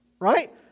Right